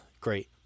Great